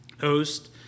host